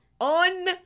on